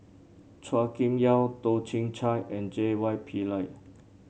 Chua Kim Yeow Toh Chin Chye and J Y Pillay